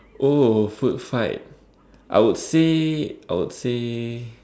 oh food fight I would say I would say